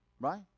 Right